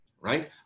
right